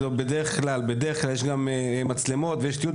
בדרך כלל יש גם מצלמות ויש תיעוד,